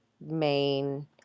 main